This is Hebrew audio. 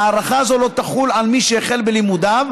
הארכה זו לא תחול על מי שהחל בלימודיו,